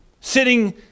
Sitting